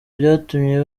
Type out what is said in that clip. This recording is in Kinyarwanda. byatumye